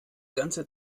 ganze